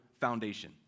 foundation